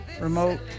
remote